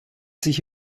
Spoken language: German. sich